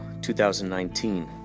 2019